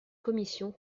commission